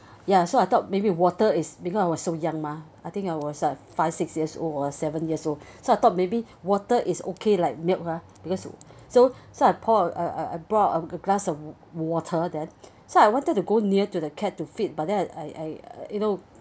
ya so I thought maybe water is because I was so young mah I think I was like five six years or seven years old so I thought maybe water is okay like milk ah because you so so I pour a a poured a glass of water then so I wanted to go near to the cat to feed but that I I I you know